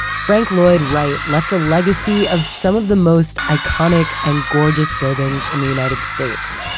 frank lloyd wright left a legacy of some of the most iconic and gorgeous buildings in the united states,